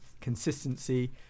consistency